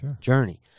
journey